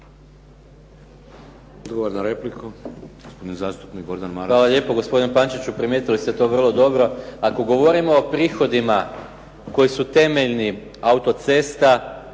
Hvala lijepo gospodine Pančiću, primijetili ste to vrlo dobro. Ako govorimo o prihodima koji su temeljni autocesta,